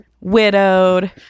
widowed